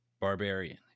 Barbarian